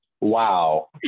Wow